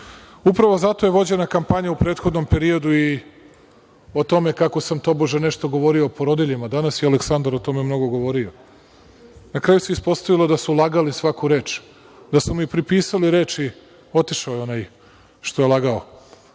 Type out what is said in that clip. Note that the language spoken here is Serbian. zato je vođena kampanja u prethodnom periodu i o tome kako sam tobože nešto govorio o porodiljama. Danas je Aleksandar o tome mnogo govorio. Na kraju se ispostavilo da su lagali svaku reč, da su mi pripisali reči, otišao je onaj što je lagao,